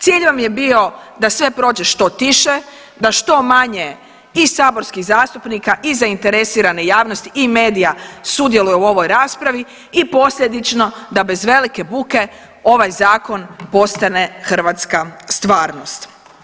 Cilj vam je bio da sve prođe što tiše, da što manje i saborskih zastupnika i zainteresirane javnosti i medija sudjeluje u ovoj raspravi i posljedično da bez velike buke ovaj zakon postane hrvatska stvarnost.